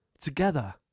together